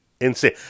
Insane